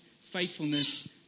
faithfulness